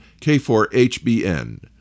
K4HBN